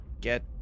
get